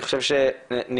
אני